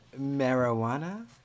marijuana